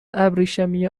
ابریشمی